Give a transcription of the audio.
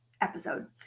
episode